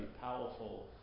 powerful